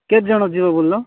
କେତେଜଣ ଯିବ ବୋଲିଲ